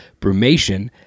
brumation